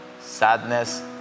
sadness